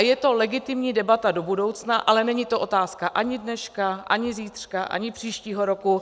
Je to legitimní debata do budoucna, ale není to otázka ani dneška, ani zítřka, ani příštího roku.